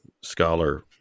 scholar